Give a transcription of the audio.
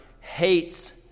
hates